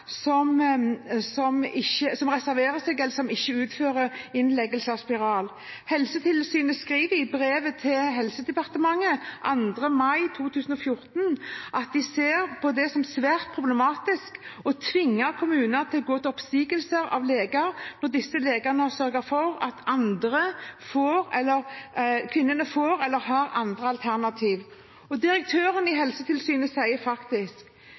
si opp leger som reserverer seg eller som ikke utfører innleggelse av spiral. Helsetilsynet skriver i brev til Helse- og omsorgsdepartementet 2. mai 2014 at de ser det som svært problematisk å tvinge kommuner til å gå til oppsigelse av leger når disse legene har sørget for at kvinnene har andre alternativer. Direktøren i Helsetilsynet sier: